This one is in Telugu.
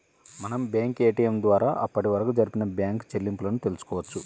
మనం బ్యేంకు ఏటియం ద్వారా అప్పటివరకు జరిపిన బ్యేంకు చెల్లింపులను తెల్సుకోవచ్చు